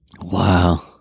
Wow